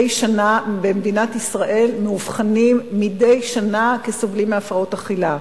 במדינת ישראל מאובחנים מדי שנה 1,500 בני-נוער כסובלים מהפרעות אכילה.